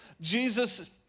Jesus